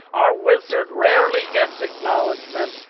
our wizard rarely gets acknowledgement,